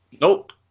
Nope